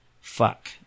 fuck